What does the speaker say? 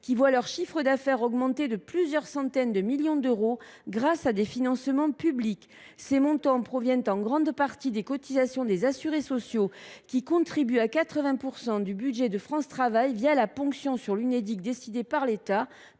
voient leur chiffre d’affaires augmenter de plusieurs centaines de millions d’euros grâce à des financements publics. Ces montants proviennent en grande partie des cotisations des assurés sociaux, qui financent à 80 % le budget de France Travail la ponction sur l’Unédic décidée par l’État.